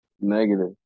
Negative